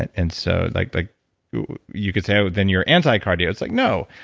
and so like ah you could say, then you're anti cardio. it's like no,